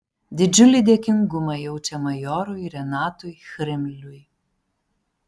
didžiulį dėkingumą jaučia majorui renatui chrimliui